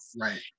right